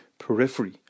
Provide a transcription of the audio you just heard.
periphery